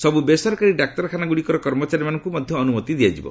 ସବୁ ବେସରକାରୀ ଡାକ୍ତରଖାନା ଗୁଡ଼ିକର କର୍ମଚାରୀମାନଙ୍କୁ ମଧ୍ୟ ଅନୁମତି ଦିଆଯିବ